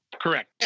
Correct